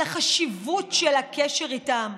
על החשיבות של הקשר איתם,